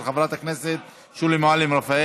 של חברת הכנסת שולי מועלם-רפאל.